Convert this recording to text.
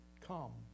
come